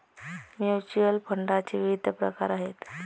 mutual फंडाचे विविध प्रकार आहेत